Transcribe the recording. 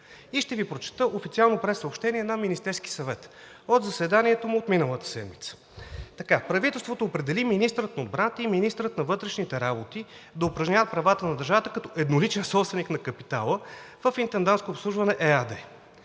И ще Ви прочета официално прессъобщение на Министерския съвет от заседанието му миналата седмица: „Правителството определи министъра на отбраната и министъра на вътрешните работи да упражняват правата на държавата като едноличен собственик на капитала в „Интендантско обслужване“ ЕАД.“